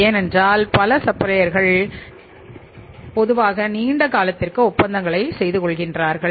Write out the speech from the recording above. ஏனென்றால் பல சப்ளையர்கள் இடம் பொதுவாக நீண்ட காலத்திற்கான ஒப்பந்தங்கள் செய்யப்படுகின்றன